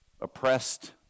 oppressed